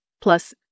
Plus